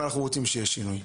אבל אנחנו רוצים שיהיה שינוי.